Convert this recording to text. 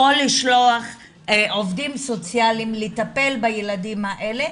או לשלוח עובדים סוציאליים לטפל בילדים האלה,